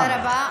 תודה רבה.